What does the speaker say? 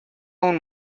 اون